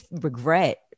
regret